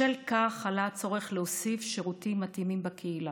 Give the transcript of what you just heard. בשל כך עלה הצורך להוסיף שירותים מתאימים בקהילה,